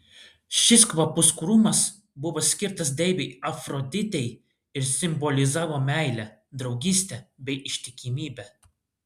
šis kvapus krūmas buvo skirtas deivei afroditei ir simbolizavo meilę draugystę bei ištikimybę